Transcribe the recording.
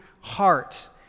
heart